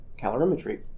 calorimetry